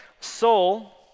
soul